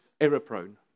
error-prone